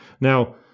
Now